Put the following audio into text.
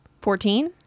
Fourteen